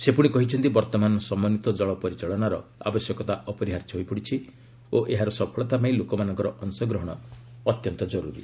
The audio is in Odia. ସେ ପୁଣି କହିଛନ୍ତି ବର୍ତ୍ତମାନ ସମନ୍ୱିତ ଜଳ ପରିଚାଳନାର ଆବଶ୍ୟକତା ଅପରିହାର୍ଯ୍ୟ ହୋଇପଡିଛି ଓ ଏହାର ସଫଳତା ପାଇଁ ଲୋକମାନଙ୍କର ଅଂଶଗ୍ରହଣ ଅତ୍ୟନ୍ତ କର୍ତୁରୀ